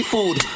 Food